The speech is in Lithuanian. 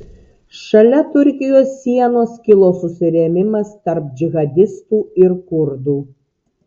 šalia turkijos sienos kilo susirėmimas tarp džihadistų ir kurdų